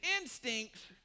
instincts